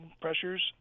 pressures